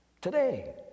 today